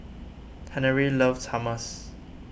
Henery loves Hummus